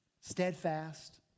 steadfast